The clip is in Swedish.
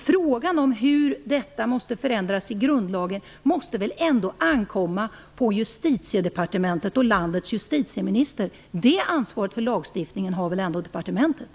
Frågan om hur detta skall förändras i grundlagen måste väl ankomma på Justitiedepartementet och landets justitieminister. Det är väl ändå departementet som har ansvar för lagstiftningen.